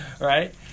right